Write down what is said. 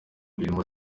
irimo